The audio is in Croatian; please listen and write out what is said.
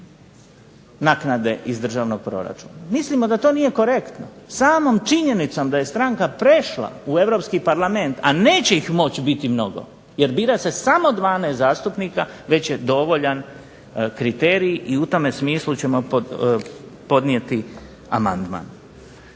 naknade iz državnog proračuna. Mislimo da to nije korektno. Samom činjenicom da je stranka prešla u Europski parlament, a neće ih moći biti mnogo jer bira se samo 12 zastupnika već je dovoljan kriterij. I u tome smislu ćemo podnijeti amandman.